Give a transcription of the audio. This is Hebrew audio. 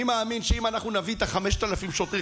אני מאמין שאם אנחנו נביא את 5,000 השוטרים,